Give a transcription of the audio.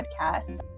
podcasts